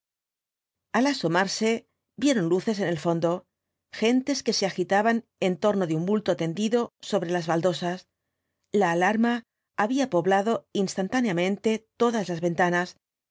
al asomarse vieron luces en el fondo gentes que se agitaban en torno de un bulto tendido sobre las baldosas la alarma había poblado instantáneamente todas las ventanas